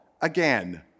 again